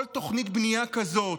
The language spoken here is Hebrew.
כל תוכנית בנייה כזאת,